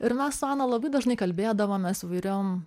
ir nuo seno labai dažnai kalbėdavomės įvairiom